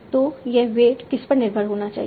तो यह वेट किस पर निर्भर होना चाहिए